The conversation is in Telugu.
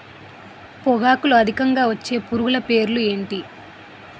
పొగాకులో అధికంగా వచ్చే పురుగుల పేర్లు ఏంటి